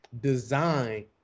design